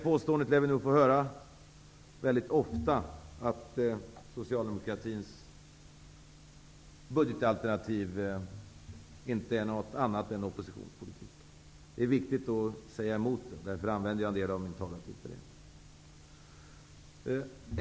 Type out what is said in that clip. Påståendet att socialdemokratins budgetalternativ inte är något annat än oppositionspolitik lär vi säkerligen få höra mycket ofta. Det är viktigt att motsäga sådana påståenden, därför använder jag en del av min taletid till det.